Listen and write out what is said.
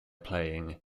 playing